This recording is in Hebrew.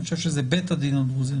אני חושב שזה בית הדין הדרוזי.